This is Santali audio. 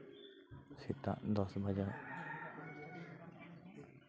ᱥᱮᱛᱟᱜ ᱫᱚᱥ ᱵᱟᱡᱟᱜ